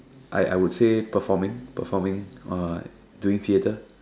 I I would say performing performing uh doing theatre